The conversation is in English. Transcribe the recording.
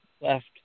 left